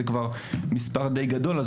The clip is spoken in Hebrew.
זה כבר מספר די גדול,